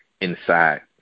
inside